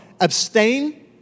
abstain